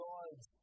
God's